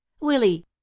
Willie